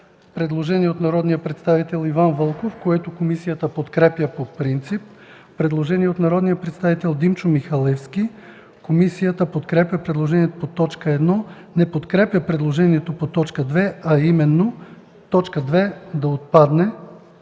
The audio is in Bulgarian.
предложение от народния представител Иван Вълков. Комисията подкрепя по принцип предложението. Предложение от народния представител Димчо Михалевски. Комисията подкрепя предложението по т. 1, но не подкрепя предложението по т. 2, а именно – т. 2 да отпадне.